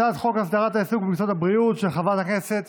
הצעת חוק הסדרת העיסוק במקצועות הבריאות של חברת הכנסת